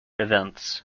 events